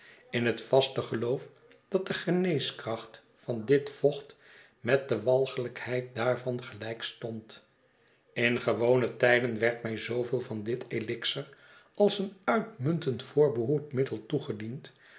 in het vaste geloof dat de geneeskracht van dit vocht met de walgelijkheid daarvan gelijk stond in gewone tijden werd mij zooveel van dit elixir als een uitmuntend voorbehoedmiddel toegediend